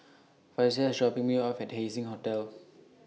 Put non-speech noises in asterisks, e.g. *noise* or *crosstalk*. *noise* Frazier IS dropping Me off At Haising Hotel